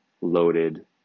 loaded